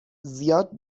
زیاد